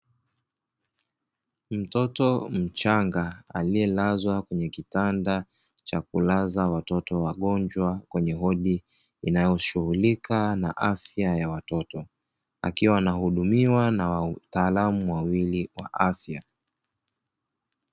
Mtoto mchanga alielazwa kwenye kitanda cha kulaza watoto wagonjwa kwenye wodi inayoshughulika na afya ya watoto. Akiwa anahudumiwa na wataalamu wawili wa afya.